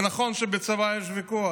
ונכון שבצבא יש ויכוח,